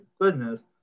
goodness